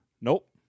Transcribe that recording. Nope